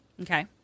okay